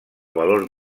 valor